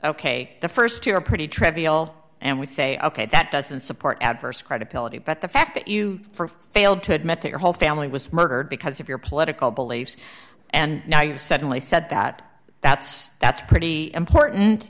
ok the st two are pretty trivial and we say ok that doesn't support adverse credibility but the fact that you failed to admit that your whole family was murdered because of your political beliefs and now you suddenly said that that's that's pretty important